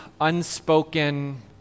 unspoken